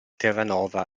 terranova